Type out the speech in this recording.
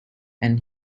and